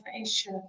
Asia